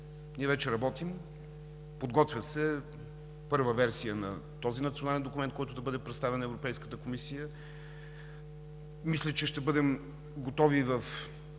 Ние вече работим, подготвя се първа версия на този национален документ, който да бъде представен на Европейската комисия. Мисля, че в края на лятото ще